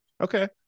Okay